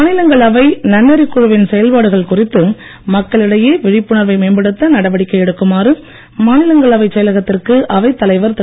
மாநிலங்களவை நன்னெறிக் குழுவின் செயல்பாடுகள் குறித்து மக்களிடையே விழிப்புணர்வை மேம்படுத்த நடவடிக்கை எடுக்குமாறு மாநிலங்களவை செயலகத்திற்கு அவைத்தலைவர் திரு